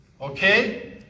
okay